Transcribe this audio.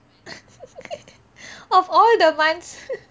of all the months